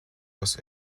was